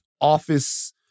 office